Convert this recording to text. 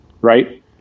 Right